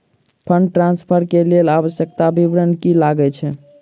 Fund transfer केँ लेल आवश्यक विवरण की की लागै छै?